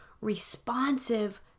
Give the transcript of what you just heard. responsive